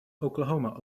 oklahoma